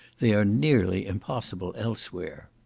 they are nearly impossible elsewhere.